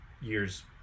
years